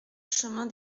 chemin